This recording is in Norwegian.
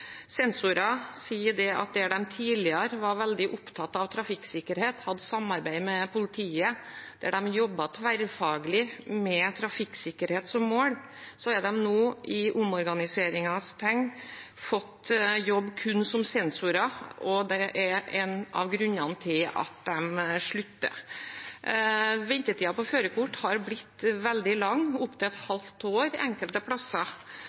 Sensorer sier at der de tidligere var veldig opptatt av trafikksikkerhet, hadde samarbeid med politiet og jobbet tverrfaglig med trafikksikkerhet som mål, har de nå i omorganiseringens tegn fått jobb kun som sensorer, og det er en av grunnene til at de slutter. Ventetiden på førerkort er blitt veldig lang, opptil et halvt år enkelte plasser,